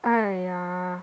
!aiya!